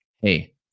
hey